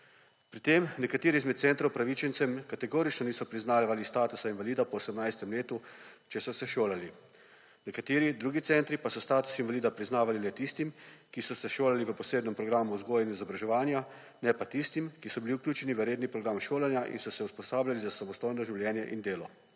Pri tem nekateri izmed centrov upravičencem kategorično niso priznavali statusa invalida po 18. letu, če so se šolali. Nekateri drugi centri pa so status invalida priznavali le tistim, ki so se šolali v posebnem programu vzgoje in izobraževanja, ne pa tistim, ki so bili vključeni v redni program šolanja in so se usposabljali za samostojno življenje in delo.